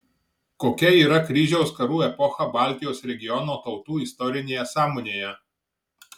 kokia yra kryžiaus karų epocha baltijos regiono tautų istorinėje sąmonėje